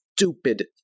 stupid